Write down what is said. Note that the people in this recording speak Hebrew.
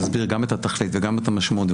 להסביר גם את התכלית וגם את המשמעות,